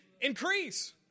increase